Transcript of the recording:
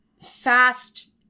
fast